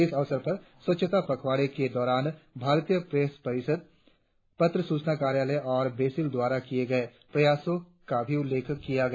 इस अवसर पर स्वच्छता पखवाड़े के दौरान भारतीय प्रेस परिषद पत्र सूचना कार्यालय और बेसिल द्वारा किए गए प्रयासों का भी उल्लेख किया गया